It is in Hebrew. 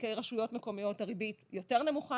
בתיקי רשויות מקומיות הריבית יותר נמוכה